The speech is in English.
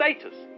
status